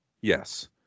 Yes